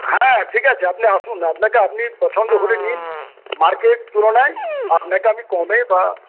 হ্যাঁ ঠিক আছে আপনি আসুন আপনাকে আপনি পছন্দ হলে নিন মার্কেট তুলনায় আপনাকে আমি কমে বা